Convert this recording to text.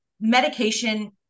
medication